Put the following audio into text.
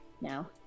now